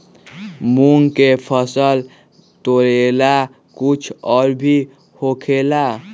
मूंग के फसल तोरेला कुछ और भी होखेला?